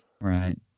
right